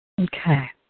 Okay